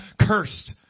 cursed